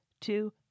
Two